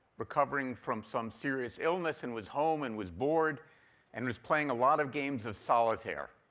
recovering from some serious illness, and was home and was bored and was playing a lot of games of solitaire,